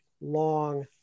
long